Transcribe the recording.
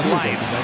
life